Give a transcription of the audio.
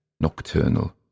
nocturnal